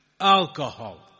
alcohol